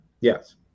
Yes